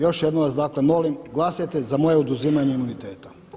Još jednom vas dakle molim glasajte za moje oduzimanje imuniteta.